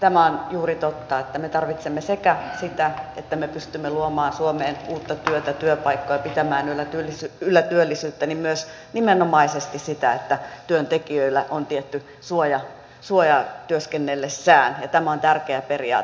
tämä juuri on totta että me tarvitsemme sekä sitä että me pystymme luomaan suomeen uutta työtä työpaikkoja pitämään yllä työllisyyttä että myös nimenomaisesti sitä että työntekijöillä on tietty suoja työskennellessään ja tämä on tärkeä periaate